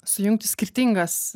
sujungti skirtingas